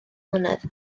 mlynedd